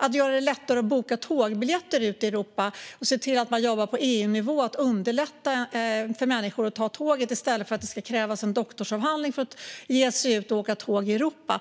Att göra det lättare att boka tågbiljetter ut till Europa och se till att man jobbar på EU-nivå för att underlätta för människor att ta tåget i stället för att det ska krävas en doktorsavhandling för att ge sig ut och åka tåg i Europa